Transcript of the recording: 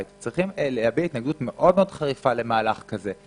צריכים להביע התנגדות חריפה מאוד למהלך כזה.